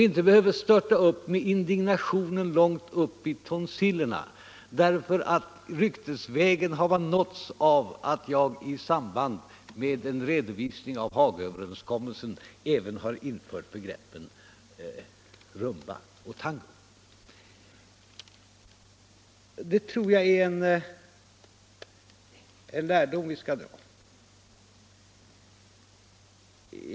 Man behöver inte störta upp med indignationen långt upp i tonsillerna därför att man ryktesvägen har hört att jag i samband med en redovisning av Hagaöverenskommelsen även hade infört begreppen rumba och tango. Det tror jag är en lärdom vi skall dra.